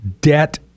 Debt